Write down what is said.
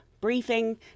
briefing